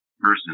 person